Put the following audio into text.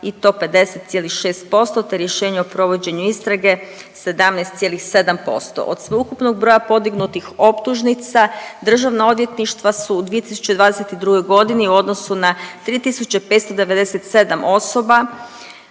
i to 50,6% te rješenje o provođenju istrage 17,7%. Od sveukupnog broja podignutih optužnica, državna odvjetništva su u 2022. g. Državna odvjetništva su